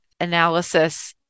analysis